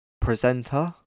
Presenter